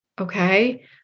okay